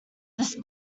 this